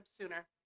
sooner